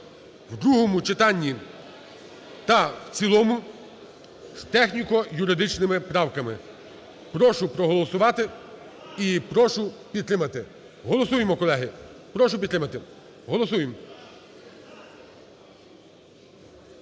в другому читанні та в цілому з техніко-юридичними правками. Прошу проголосувати і прошу підтримати. Голосуємо, колеги, прошу підтримати, голосуємо.